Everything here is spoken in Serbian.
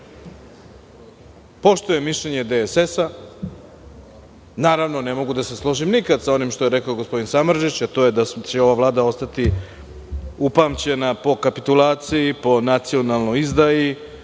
Poštujem mišljenje DSS, naravno ne mogu da se složim nikad sa onim što je rekao gospodin Samardžić, a to je da će ova Vlada ostati upamćena po kapitulaciji, po nacionalnoj izdaji,